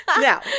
Now